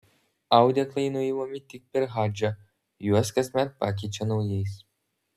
audeklai nuimami tik per hadžą juos kasmet pakeičia naujais